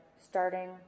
starting